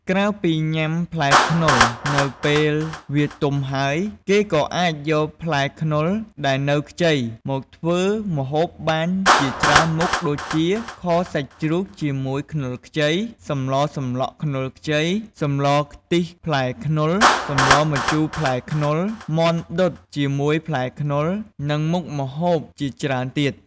ក្រៅពីញាំផ្លែខ្នុរនៅពេលវាទុំហើយ គេក៏អាចយកផ្លែខ្នុរដែលនៅខ្ចី មកធ្វើម្ហូបបានជាច្រើនមុខដូចជា ខសាច់ជ្រូកជាមួយខ្នុរខ្ចី សម្លសម្លក់ខ្នុរខ្ចី សម្លខ្លិះផ្លែរខ្នុរ សម្លម្ជូរផ្លែរខ្នុរ មាត់ដុតជាមួយផ្លែខ្នុរ និងមុខម្ហូបជាច្រើនទៀត។